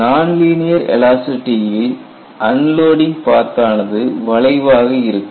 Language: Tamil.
நான்லீனியர் எலாஸ்டிசிட்டியில் அன்லோடிங் பாத் ஆனது வளைவாக இருக்கும்